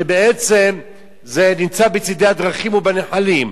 שבעצם נמצאים בצדי הדרכים ובנחלים,